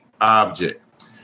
object